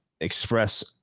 express